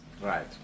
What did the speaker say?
Right